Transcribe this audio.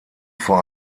vor